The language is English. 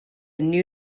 new